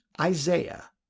Isaiah